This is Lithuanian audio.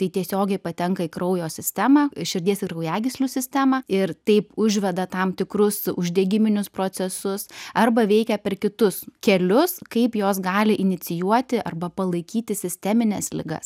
tai tiesiogiai patenka į kraujo sistemą širdies ir kraujagyslių sistemą ir taip užveda tam tikrus uždegiminius procesus arba veikia per kitus kelius kaip jos gali inicijuoti arba palaikyti sistemines ligas